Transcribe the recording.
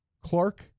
Clark